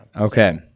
Okay